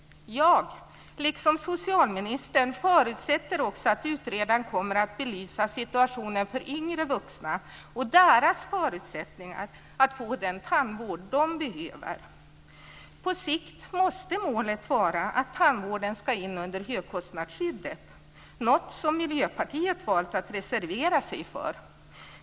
Jag liksom socialministern förutsätter också att utredaren kommer att belysa situationen för yngre vuxna och deras förutsättningar att få den tandvård de behöver. På sikt måste målet vara att tandvården ska in under högkostnadsskyddet, något som Miljöpartiet har reserverat sig för.